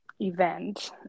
event